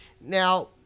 Now